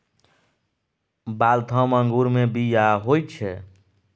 Waltham अंगूरमे बीया होइत छै